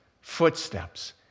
footsteps